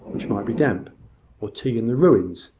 which might be damp or tea in the ruins,